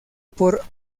por